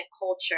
culture